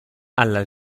alla